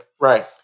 Right